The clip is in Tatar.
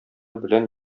белән